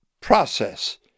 process